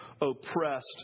oppressed